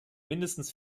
mindestens